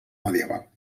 medieval